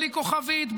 בלי כוכבית,